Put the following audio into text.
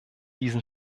diesen